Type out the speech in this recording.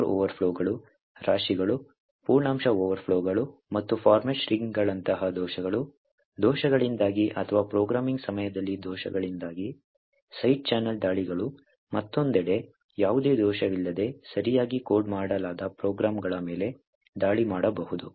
buffer ಓವರ್ಫ್ಲೋಗಳು ರಾಶಿಗಳು ಪೂರ್ಣಾಂಕ ಓವರ್ಫ್ಲೋಗಳು ಮತ್ತು ಫಾರ್ಮ್ಯಾಟ್ ಸ್ಟ್ರಿಂಗ್ಗಳಂತಹ ದೋಷಗಳು ದೋಷಗಳಿಂದಾಗಿ ಅಥವಾ ಪ್ರೋಗ್ರಾಮಿಂಗ್ ಸಮಯದಲ್ಲಿ ದೋಷಗಳಿಂದಾಗಿ ಸೈಡ್ ಚಾನೆಲ್ ದಾಳಿಗಳು ಮತ್ತೊಂದೆಡೆ ಯಾವುದೇ ದೋಷವಿಲ್ಲದೆ ಸರಿಯಾಗಿ ಕೋಡ್ ಮಾಡಲಾದ ಪ್ರೋಗ್ರಾಂಗಳ ಮೇಲೆ ದಾಳಿ ಮಾಡಬಹುದು